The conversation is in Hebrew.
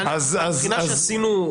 אז --- לפי הבחינה שעשינו,